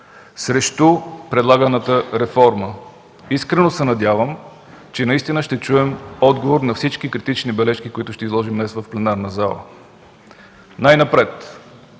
срещу предлаганата реформа. Искрено се надявам, че наистина ще чуем отговор на всички критични бележки, които ще изложим днес в пленарната зала. Най-напред